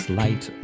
light